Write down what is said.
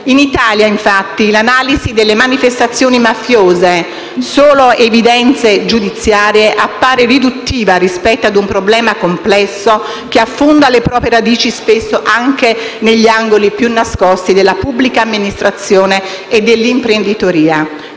In Italia, infatti, l'analisi delle manifestazioni mafiose basata solo sulle evidenze giudiziarie appare riduttiva rispetto ad un problema complesso che spesso affonda le proprie radici anche negli angoli più nascosti della pubblica amministrazione e dell'imprenditoria,